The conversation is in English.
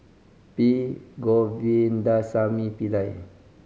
P Govindasamy Pillai